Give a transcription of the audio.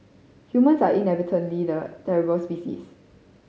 humans are inadvertently the terrible species